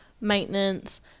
maintenance